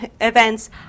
events